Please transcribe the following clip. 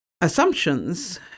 assumptions